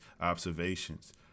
observations